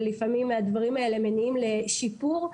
שלפעמים הדברים האלה מניעים לשיפור,